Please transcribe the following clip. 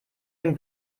den